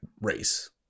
race